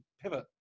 pivot